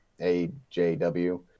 AJW